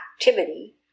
activity